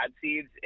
Seeds